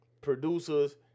producers